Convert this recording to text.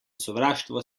sovraštvo